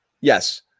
yes